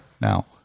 Now